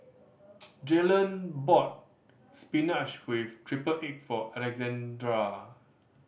Jaylen bought spinach with triple egg for Alexandra